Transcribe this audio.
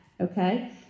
Okay